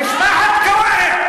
משפחת כוארע,